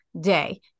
day